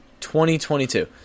2022